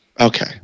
Okay